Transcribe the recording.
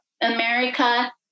America